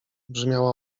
brzmiała